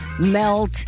melt